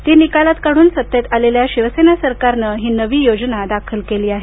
ती निकालात काढून सत्तेत असलेल्या शिवसेना सरकारनं ही नवी योजना दाखल केली आहे